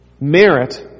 merit